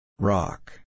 Rock